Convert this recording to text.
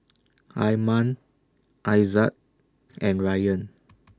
Iman Aizat and Ryan